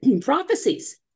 prophecies